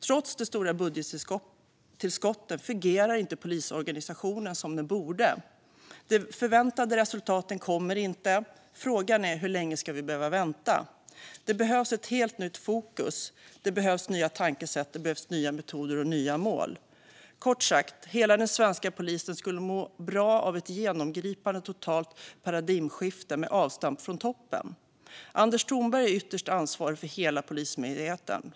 Trots de stora budgettillskotten fungerar inte polisorganisationen som den borde. De förväntade resultaten kommer inte. Frågan är hur länge vi ska behöva vänta. Det behövs ett helt nytt fokus. Det behövs nya tankesätt. Det behövs nya metoder och nya mål. Kort sagt: Hela den svenska polisen skulle må bra av ett totalt genomgripande paradigmskifte med avstamp från toppen. Anders Thornberg är ytterst ansvarig för hela Polismyndigheten.